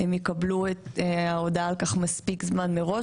הם יקבלו הודעה על כך מספיק זמן מראש,